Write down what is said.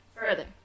Further